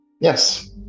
Yes